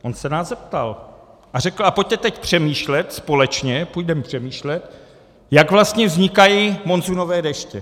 On se nás zeptal, a řekl: Pojďte teď přemýšlet společně, půjdeme přemýšlet, jak vlastně vznikají monzunové deště.